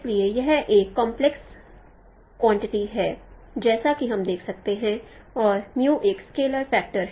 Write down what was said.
इसलिए यह एक कॉम्प्लेक्स क्वांटिटी है जैसा कि हम देख सकते हैं और एक स्केल फैक्टर है